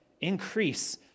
increase